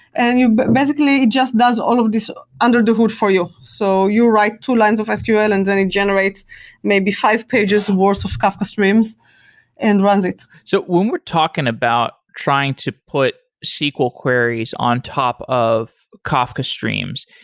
and you but basically just does all of these under the hood for you. so you write two lines of sql and and it generates maybe five pages worth of kafka streams and runs it. so when we're talking about trying to put sql queries on top of kafka streams,